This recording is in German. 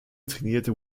trainierte